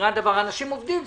אנשים עובדים.